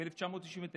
ב-1999,